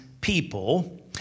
people